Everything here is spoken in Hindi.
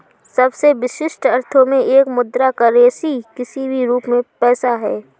सबसे विशिष्ट अर्थों में एक मुद्रा करेंसी किसी भी रूप में पैसा है